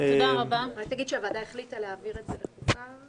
צריך להגיד שהוועדה החליטה להעביר את ההצעה לוועדת החוקה.